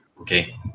Okay